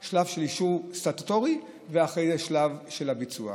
שלב של אישור סטטוטורי ואחרי זה שלב של הביצוע.